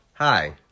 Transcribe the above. Hi